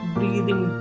Breathing